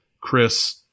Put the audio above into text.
Chris